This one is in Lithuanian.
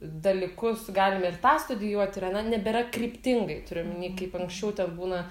dalykus galime ir tą studijuoti ir aną nebėra kryptingai turiu omeny kaip anksčiau ten būna